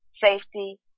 safety